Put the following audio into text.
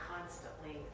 constantly